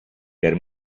per